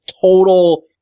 total